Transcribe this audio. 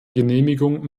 genehmigung